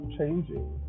changing